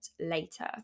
later